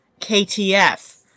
KTF